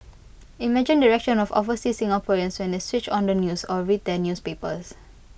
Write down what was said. imagine the reactions of overseas Singaporeans when they switched on the news or read their newspapers